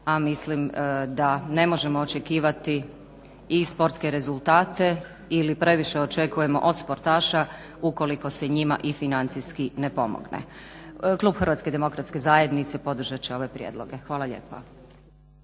a mislim da ne možemo očekivati i sportske rezultate ili previše očekujemo od sportaša ukoliko se njima i financijski i ne pomogne. Klub HDZ-a podržat će ove prijedloge. Hvala lijepa.